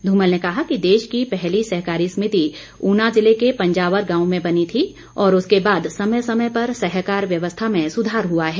धूमल ने कहा कि देश की पहली सहकारी समिति ऊना जिला के पंजावर गांव में बनी थी और उसके बाद समय समय पर सहकार व्यवस्था में सुधार हुआ है